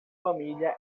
família